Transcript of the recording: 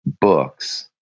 books